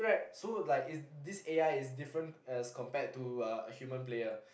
so like is this A_I is different as compared to uh a human player